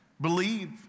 Believe